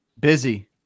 Busy